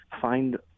find